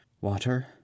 Water